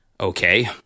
Okay